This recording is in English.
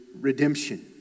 redemption